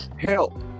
help